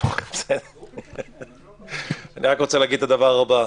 אני רק רוצה להגיד את הדבר הבא: